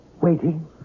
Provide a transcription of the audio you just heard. Waiting